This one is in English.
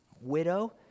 widow